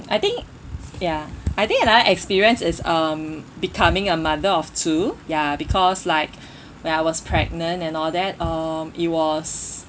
mm I think ya I think another experience is um becoming a mother of two ya because like when I was pregnant and all that um it was